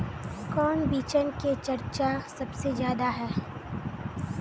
कौन बिचन के चर्चा सबसे ज्यादा है?